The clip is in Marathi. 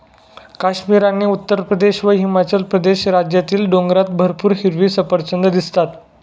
काश्मीर आणि उत्तरप्रदेश व हिमाचल प्रदेश राज्यातील डोंगरात भरपूर हिरवी सफरचंदं दिसतात